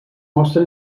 mostra